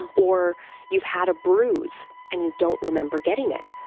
and or you've had a bruise and you don't remember getting it.